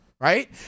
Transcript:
right